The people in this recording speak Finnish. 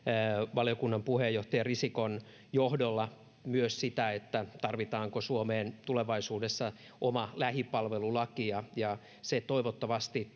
valiokunnan puheenjohtaja risikon johdolla myös sitä tarvitaanko suomeen tulevaisuudessa oma lähipalvelulaki ja ja se toivottavasti